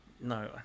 No